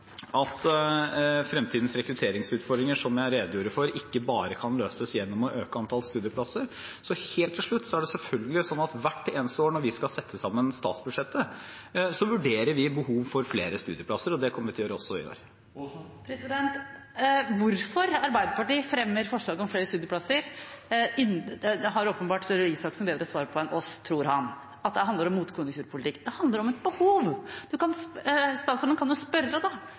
at fremtidens rekrutteringsutfordringer, som jeg redegjorde for, ikke bare kan løses gjennom å øke antall studieplasser. Og helt til slutt er det selvfølgelig sånn at hvert eneste år når vi skal sette sammen statsbudsjettet, vurderer vi behovet for flere studieplasser – og det kommer vi til å gjøre også i år. Hvorfor Arbeiderpartiet fremmer forslag om flere studieplasser, har åpenbart statsråd Røe Isaksen bedre svar på enn oss, tror han – at det handler om motkonjunkturpolitikk. Det handler om et behov. Statsråden kan jo spørre